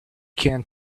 can